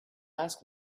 ask